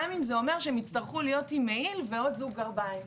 גם אם זה אומר שהם יצטרכו להיות עם מעיל ועוד זוג גרביים.